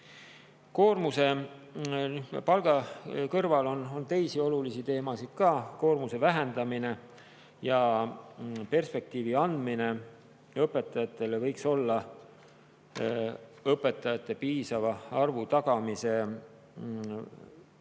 all. Palga kõrval on teisi olulisi teemasid ka. Koormuse vähendamine ja perspektiivi andmine õpetajatele võiks olla õpetajate piisava arvu tagamise võimalusteks